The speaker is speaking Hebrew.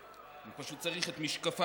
אני פשוט צריך את משקפיי,